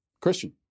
Christian